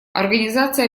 организация